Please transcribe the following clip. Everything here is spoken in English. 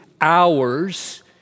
hours